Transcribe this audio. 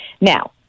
Now